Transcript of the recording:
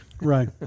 Right